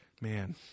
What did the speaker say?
man